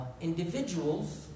individuals